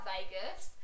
Vegas